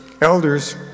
elders